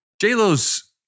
J-Lo's